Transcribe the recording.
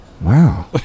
wow